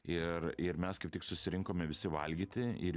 ir ir mes kaip tik susirinkome visi valgyti ir